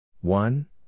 One